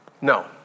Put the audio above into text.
No